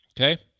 Okay